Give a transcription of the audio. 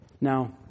Now